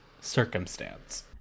circumstance